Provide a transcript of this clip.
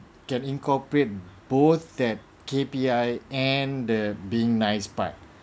can incorporate both that K_P_I and the being nice part